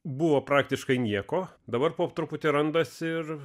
buvo praktiškai nieko dabar po truputį randasi ir